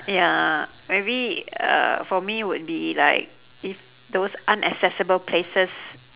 ya maybe uh for me would be like if those unaccessible places